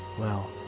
well,